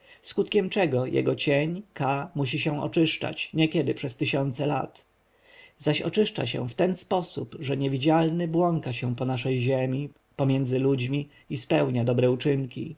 skutkiem czego jego cień ka musi się oczyszczać niekiedy przez tysiące lat zaś oczyszcza się w ten sposób że niewidzialny błąka się po naszej ziemi pomiędzy ludźmi i spełnia dobre uczynki